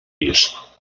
pis